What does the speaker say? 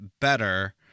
better